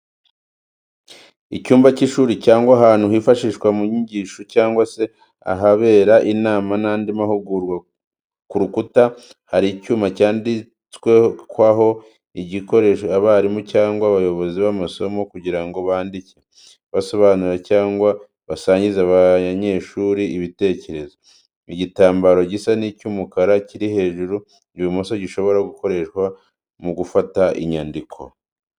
Icyumba cy’ishuri cyangwa ahantu hifashishwa mu nyigisho, cyangwa se ahabera inama n'andi mahugurwa. Ku rukuta hari icyuma cyandikwaho gikoreshwa n’abarimu cyangwa abayobozi b’amasomo kugira ngo bandike, basobanure cyangwa basangize abanyeshuri ibitekerezo. Igitambaro gisa n’icy’umukara kiri hejuru ibumoso gishobora gukoreshwa mu gufata inyandiko cyangwa ibishushanyo bifatirwaho.